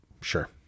sure